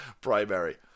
primary